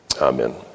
Amen